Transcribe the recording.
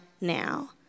now